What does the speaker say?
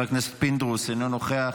חבר הכנסת פינדרוס אינו נוכח.